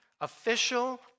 official